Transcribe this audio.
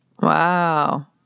Wow